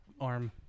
arm